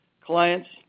clients